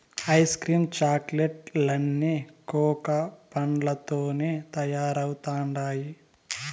ice cream chocolate లన్నీ cocoa పండ్లతోనే తయారైతండాయి